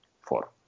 four